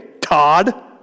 Todd